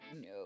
No